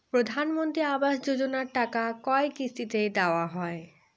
প্রধানমন্ত্রী আবাস যোজনার টাকা কয় কিস্তিতে দেওয়া হয়?